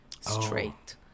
straight